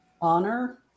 honor